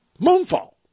Moonfall